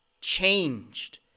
Changed